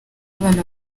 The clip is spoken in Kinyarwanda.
abana